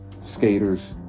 Skaters